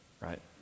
right